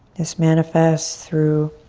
this manifests through